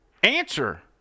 answer